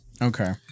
Okay